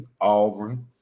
Auburn